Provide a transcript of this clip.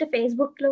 Facebook